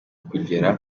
kugera